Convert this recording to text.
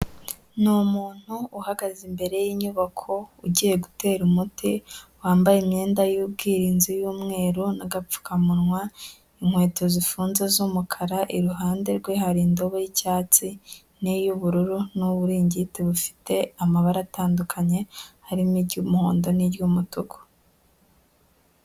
Ni umuntu uhagaze imbere y'inyubako, ugiye gutera umuti wambaye imyenda y'ubwirinzi y'umweru n'agapfukamunwa inkweto zifunze z'umukara iruhande rwe hari indobo y'icyatsi n'iy'ubururu n'uburingiti bufite amabara atandukanye harimo iry'umuhondo n'iry'umutuku.